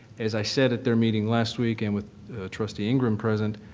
as i said at their meeting last week and with trustee ingram present,